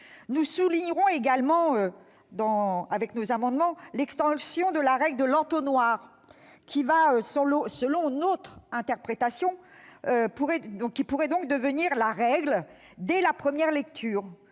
lors de la présentation de nos amendements, l'extension de la règle de l'entonnoir, qui, selon notre interprétation, pourrait devenir la règle dès la première lecture.